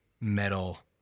metal